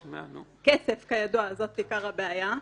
כסף כידוע זה עיקר הבעיה.